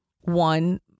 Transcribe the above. one